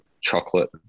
chocolate